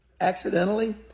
accidentally